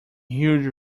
huge